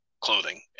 clothing